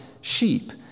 sheep